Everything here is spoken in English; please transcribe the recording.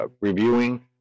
reviewing